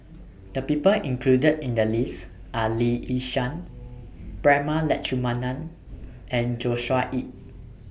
The People included in The list Are Lee Yi Shyan Prema Letchumanan and Joshua Ip